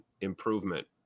improvement